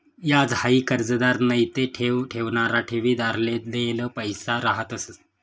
याज हाई कर्जदार नैते ठेव ठेवणारा ठेवीदारले देल पैसा रहातंस